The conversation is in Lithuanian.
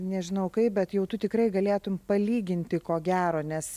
nežinau kaip bet jau tu tikrai galėtum palyginti ko gero nes